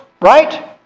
right